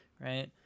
right